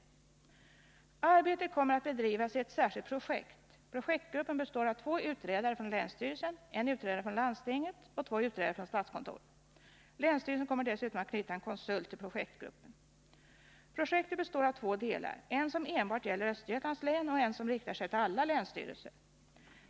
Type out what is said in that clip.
Arbetet kommer att bedrivas i form av ett särskilt projekt. Projektgruppen består av två utredare från länsstyrelsen, en utredare från landstinget och två utredare från statskontoret. Länsstyrelsen kommer dessutom att knyta en konsult till projektgruppen. Projektet består av två delar — en som enbart gäller Östergötlands län och en som riktar sig till alla länsstyrelser.